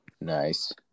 Nice